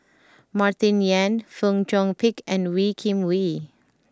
Martin Yan Fong Chong Pik and Wee Kim Wee